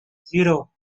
zero